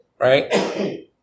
Right